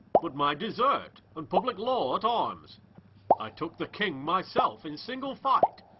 but my desert and public law at arms i took the king my self in single fight,